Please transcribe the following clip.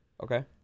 Okay